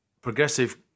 progressive